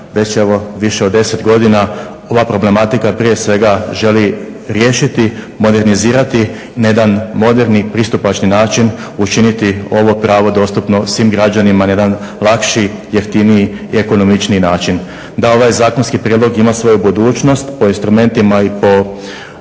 već evo više od 10 godina ova problematika prije svega želi riješiti, modernizirati na jedan moderni, pristupačni način učiniti ovo pravo dostupno svim građanima na jedan lakši, jeftiniji i ekonomičniji način. Da ovaj zakonski prijedlog ima svoju budućnost po instrumentima i po